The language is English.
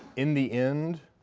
in the end,